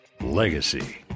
Legacy